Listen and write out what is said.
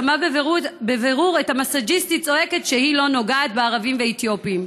שמע בבירור את המסאז'יסטית צועקת שהיא לא נוגעת בערבים ואתיופים,